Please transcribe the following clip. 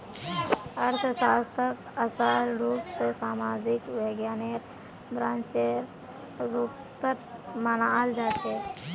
अर्थशास्त्रक असल रूप स सामाजिक विज्ञानेर ब्रांचेर रुपत मनाल जाछेक